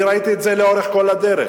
אני ראיתי את זה לאורך כל הדרך.